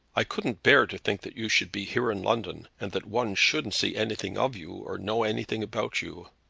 i couldn't bear to think that you should be here in london, and that one shouldn't see anything of you or know anything about you.